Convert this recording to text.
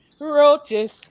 roaches